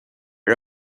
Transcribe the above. are